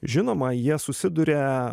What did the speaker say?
žinoma jie susiduria